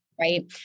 Right